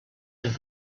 have